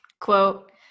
quote